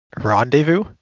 Rendezvous